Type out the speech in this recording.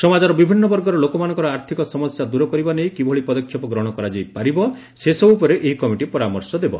ସମାଜର ବିଭିନ୍ନ ବର୍ଗର ଲୋକମାନଙ୍କର ଆର୍ଥିକ ସମସ୍ୟା ଦୂର କରିବା ନେଇ କିଭଳି ପଦକ୍ଷେପ ଗ୍ରହଣ କରାଯାଇ ପାରିବ ସେସବୁ ଉପରେ ଏହି କମିଟି ପରାମର୍ଶ ଦେବ